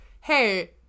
hey